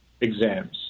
exams